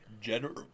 general